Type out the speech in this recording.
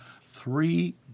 three